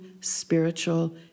spiritual